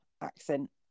accent